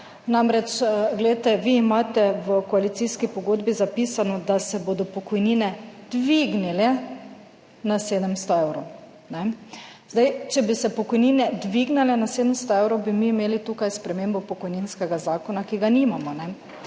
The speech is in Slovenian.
Namreč, glejte, vi imate v koalicijski pogodbi zapisano, da se bodo pokojnine dvignile na 700 evrov, ne. Zdaj, če bi se pokojnine dvignile na 700 evrov, bi mi imeli tukaj spremembo pokojninskega zakona - ki ga nimamo,